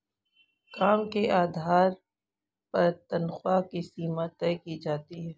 काम के आधार पर तन्ख्वाह की सीमा तय की जाती है